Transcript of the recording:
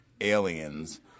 aliens